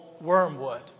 Wormwood